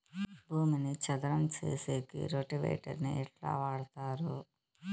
భూమిని చదరం సేసేకి రోటివేటర్ ని ఎట్లా వాడుతారు?